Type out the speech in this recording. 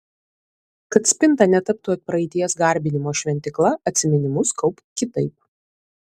kad spinta netaptų praeities garbinimo šventykla atsiminimus kaupk kitaip